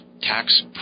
tax